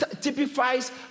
typifies